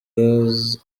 wese